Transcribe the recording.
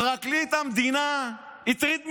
פרקליט המדינה הטריד מינית,